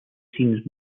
scenes